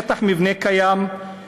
שטח מבנה קיים,